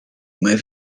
may